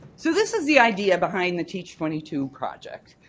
so this is the idea behind the teach twenty two project.